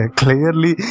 clearly